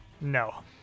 No